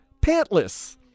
pantless